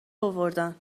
آوردن